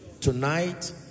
tonight